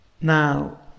Now